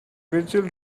virtual